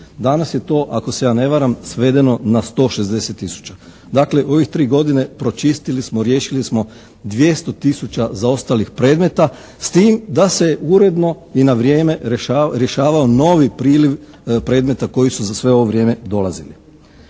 Danas je to ako se ja ne varam svedeno na 160 tisuća. Dakle u ovih 3 godine pročistili smo, riješili smo 200 tisuća zaostalih predmeta. S tim da se uredno i na vrijeme rješavao novi priliv predmeta koji su za sve ovo vrijeme dolazili.